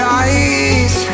eyes